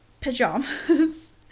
pajamas